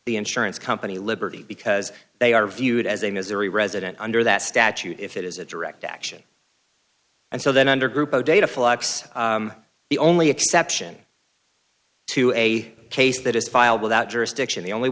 the insurance company liberty because they are viewed as a missouri resident under that statute if it is a direct action and so then under grupo data flux the only exception to a case that is filed without jurisdiction the only